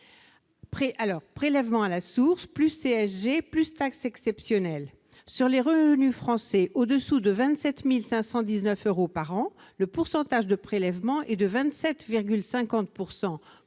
prélèvement à la source, la CSG et la taxe exceptionnelle sur les revenus français, au-dessous de 27 519 euros par an, le pourcentage de prélèvement est de 27,5 %